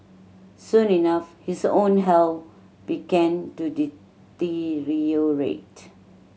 soon enough his own health began to deteriorate